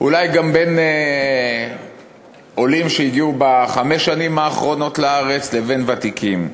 אולי גם בין עולים שהגיעו בחמש השנים האחרונות לארץ לבין הוותיקים.